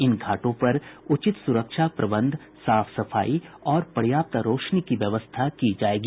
इन घाटों पर उचित सुरक्षा प्रबंध साफ सफाई और पर्याप्त रोशनी की व्यवस्था की जाएगी